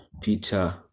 Peter